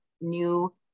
new